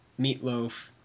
meatloaf